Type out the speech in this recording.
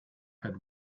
had